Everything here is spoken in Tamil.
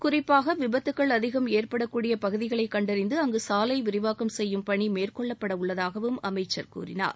குறிப்பாக விபத்துக்கள் அதிகம் ஏற்படக்கூடிய பகுதிகளை கண்டறிந்து அங்கு சாலை விரிவாக்கம் செய்யும் பணி மேற்கொள்ளப்படவுள்ளதாகவும் அமைச்சர் கூறினார்